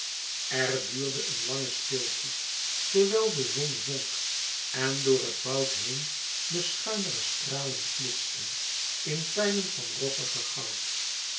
er duurde een lange stilte terwijl de zon zonk en door het woud heen de schuinere stralen flitsten in pijlen van rossiger goud